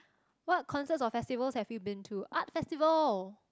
what concerts or festivals have you been to art festival